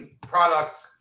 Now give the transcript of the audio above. product